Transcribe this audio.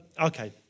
okay